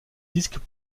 disques